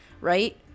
right